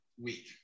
week